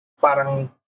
parang